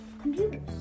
computers